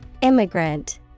Immigrant